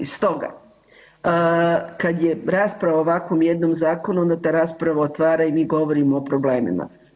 Stoga kada je rasprava o ovakvom jednom zakonu onda ta rasprava otvara i mi govorimo o problemima.